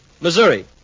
Missouri